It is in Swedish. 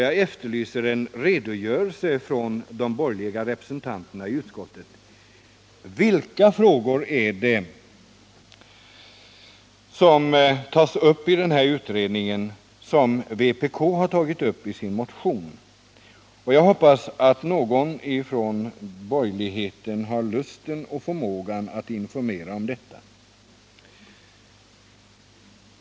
Jag efterlyser en redogörelse från de borgerliga representanterna i utskottet för vilka av de frågor som vpk har aktualiserat i sin motion som tas upp i den här utredningen. Jag hoppas att någon från borgerligheten har lusten och förmågan att informera om detta.